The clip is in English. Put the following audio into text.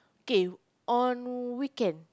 K on weekend